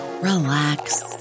relax